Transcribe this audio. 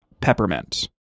peppermint